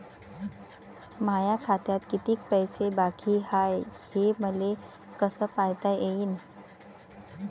माया खात्यात किती पैसे बाकी हाय, हे मले कस पायता येईन?